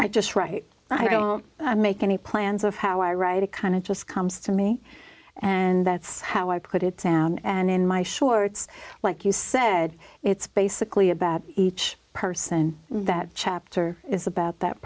i just write i don't make any plans of how i write it kind of just comes to me and that's how i put it down and in my shorts like you said it's basically about each person that chapter is about that